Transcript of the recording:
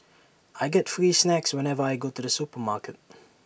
I get free snacks whenever I go to the supermarket